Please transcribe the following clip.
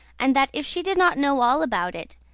and that, if she did not know all about it,